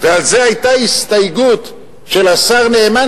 ועל זה היתה הסתייגות של השר נאמן,